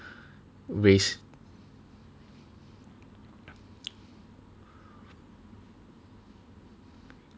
raise